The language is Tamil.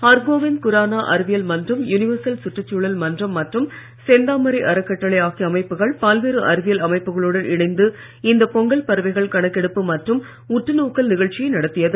ஹர்கோவிந்த் குரானா அறிவியல் மன்றம் யூனிவர்சல் சுற்றுச்சூழல் மன்றம் மற்றும் செந்தாமரை அறக்கட்டளை அமைப்புகளுடன் இணைந்து இந்த பொங்கல் பறவைகள் கணக்கெடுப்பு மற்றும் உற்று நோக்கல் நிகழ்ச்சியை நடத்தியது